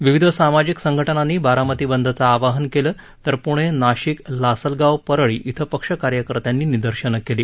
विविध सामाजिक संघटनांनी बारामती बंदचं आवाहन केलं तर पुणे नाशिक लासलगाव परळी ॐ पक्ष कार्यकर्त्यांनी निर्दशनं केली